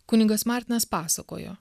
kunigas martinas pasakojo